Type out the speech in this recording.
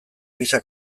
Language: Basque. gisa